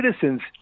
citizens